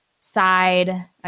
side